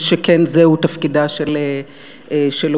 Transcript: שכן זהו תפקידה של אופוזיציה.